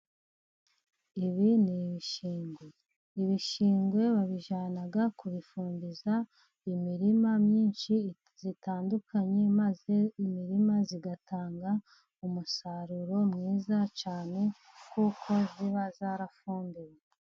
Ibi ni ibishingwe. Ibishingwe babijyana kubifumbiza imirima myinshi itandukanye maze imirima igatanga umusaruro mwiza cyane kuko iba yarafumbiwe.